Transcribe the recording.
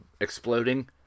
exploding